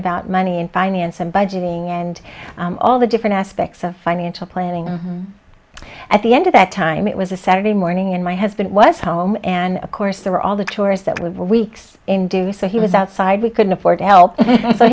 about money and finance and budgeting and all the different aspects of financial planning and at the end of that time it was a saturday morning and my husband was home and of course there were all the chores that we were weeks in do so he was outside we couldn't afford to help so